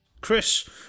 Chris